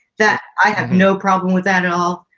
that i have no problem with that at all.